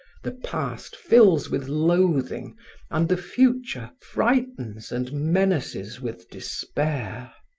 the past fills with loathing and the future frightens and menaces with despair.